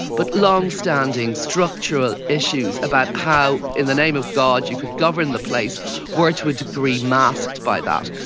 but long-standing structural issues about how, in the name of god, you could govern the place were to a degree masked by that.